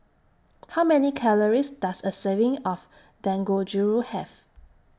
How Many Calories Does A Serving of Dangojiru Have